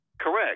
Correct